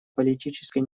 политической